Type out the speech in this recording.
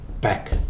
back